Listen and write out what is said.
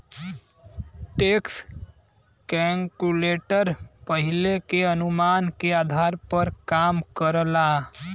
tax calculator पहिले के अनुमान के आधार पर काम करला